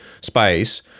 space